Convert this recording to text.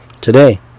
today